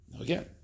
Again